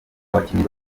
abakinnyi